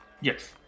Yes